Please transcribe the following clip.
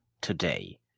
today